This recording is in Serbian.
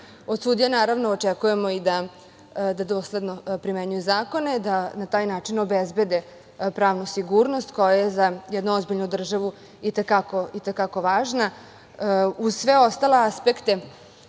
sudija naravno očekujemo i da dosledno primenjuju zakone, da na taj način obezbede pravnu sigurnost, koja je za jednu ozbiljnu državu i te kako važna, uz sve ostale aspekte